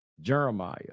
Jeremiah